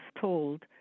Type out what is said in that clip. told